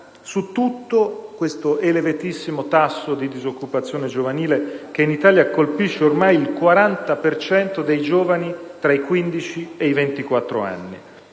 Su tutto, questo elevatissimo tasso di disoccupazione giovanile, che in Italia colpisce ormai il 40 per cento dei giovani tra i 15 e i 24 anni.